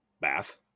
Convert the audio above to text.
bath